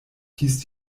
hieß